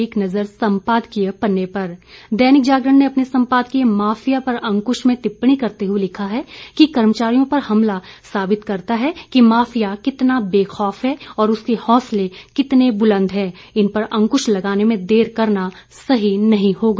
एक नजर संपादकीय पन्ने पर दैनिक जागरण ने अपने संपादकीय माफिया पर अंकुश में टिप्पणी करते हुए लिखा है कि कर्मचारियों पर हमला साबित करता है कि माफिया कितना बेखौफ है और उसके हौसले कितने बुलंद हैं इन पर अंकुश लगाने में देर करना सही नहीं होगा